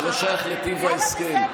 זה לא שייך לטיב ההסכם.